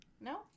No